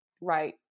right